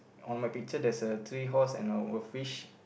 on my picture there's a three horse and a fish